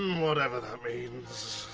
whatever that means!